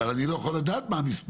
אבל אני לא יכול לדעת מה המספרים,